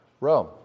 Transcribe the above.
Rome